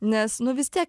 nes nu vis tiek